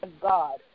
God